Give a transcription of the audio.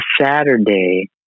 Saturday